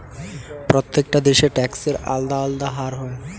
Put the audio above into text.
প্রত্যেকটা দেশে ট্যাক্সের আলদা আলদা হার হয়